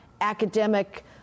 academic